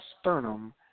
sternum